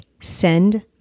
Send